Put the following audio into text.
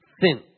sin